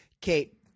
kate